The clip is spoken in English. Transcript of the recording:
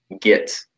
get